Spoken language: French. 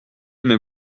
mes